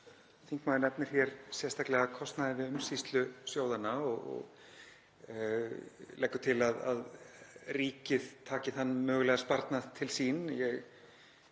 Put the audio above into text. þingmaður nefnir sérstaklega kostnað við umsýslu sjóðanna og leggur til að ríkið taki þann mögulega sparnað til sín.